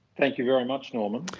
thank you very much norman.